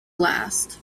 last